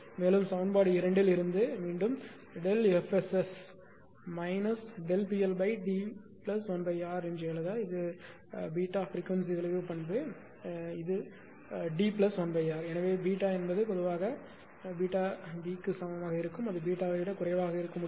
மேலும் சமன்பாடு 2 இல் இருந்து மீண்டும் FSS PLD1R எழுத இது பிரிக்வன்சி விளைவு பண்பு D1R எனவே B என்பது பொதுவாக B க்கு சமமாக இருக்கும் அது பீட்டாவை விட குறைவாக இருக்க முடியாது